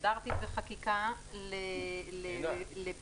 סטנדרטית בחקיקה לביטול,